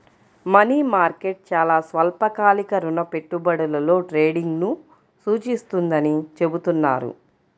money market చాలా స్వల్పకాలిక రుణ పెట్టుబడులలో ట్రేడింగ్ను సూచిస్తుందని చెబుతున్నారు